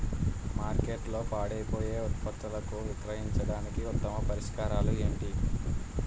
మార్కెట్లో పాడైపోయే ఉత్పత్తులను విక్రయించడానికి ఉత్తమ పరిష్కారాలు ఏంటి?